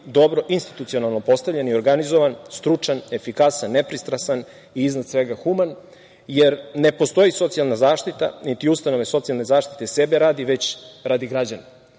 dobro institucionalno postavljen i organizovan, stručan, efikasan, nepristrasan i iznad svega human, jer ne postoji socijalna zaštita, niti ustanove socijalne zaštite sebe radi, već radi građana